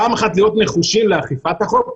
פעם אחת להיות נחושים לאכיפת החוק,